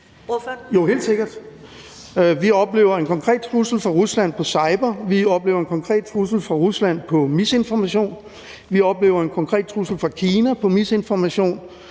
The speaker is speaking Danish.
Vi oplever en konkret trussel fra Rusland på cyberområdet, vi oplever en konkret trussel fra Rusland på misinformation, vi oplever en konkret trussel fra Kina på misinformation,